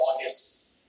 August